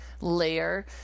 layer